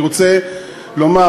אני רוצה לומר,